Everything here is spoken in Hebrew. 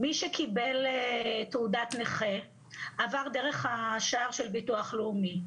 מי שקיבל תעודת נכה עבר דרך השער של ביטוח לאומי,